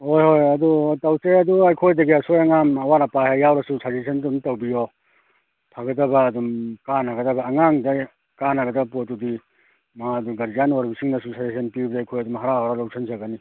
ꯍꯣꯏ ꯍꯣꯏ ꯑꯗꯨ ꯇꯧꯁꯦ ꯑꯗꯨꯒ ꯑꯩꯈꯣꯏꯗꯒꯤ ꯑꯁꯣꯏ ꯑꯉꯥꯝ ꯑꯋꯥꯠ ꯑꯄꯥ ꯍꯦꯛ ꯌꯥꯎꯔꯁꯨ ꯁꯖꯦꯁꯟ ꯑꯗꯨꯝ ꯇꯧꯕꯤꯌꯣ ꯐꯒꯗꯕ ꯑꯗꯨꯝ ꯀꯥꯟꯅꯒꯗꯕ ꯑꯉꯥꯡꯗ ꯀꯥꯟꯅꯒꯗꯕ ꯄꯣꯠꯇꯨꯗꯤ ꯃꯥꯗꯨ ꯒꯥꯔꯖꯤꯌꯥꯟ ꯑꯣꯏꯔꯤꯕꯁꯤꯡꯅꯁꯨ ꯁꯖꯦꯁꯟ ꯄꯤꯕꯗ ꯑꯩꯈꯣꯏ ꯑꯗꯨꯝ ꯍꯔꯥꯎ ꯍꯔꯥꯎ ꯂꯧꯁꯤꯟꯖꯒꯅꯤ